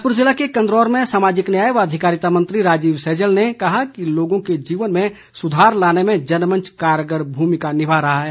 बिलासपुर ज़िले के कंदरौर में सामाजिक न्याय व अधिकारिता मंत्री राजीव सैजल ने कहा कि लोगों के जीवन में सुधार लाने में जनमंच कारगर भूमिका निभा रहा है